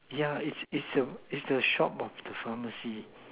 yeah it's it's the it's the shop of the pharmacy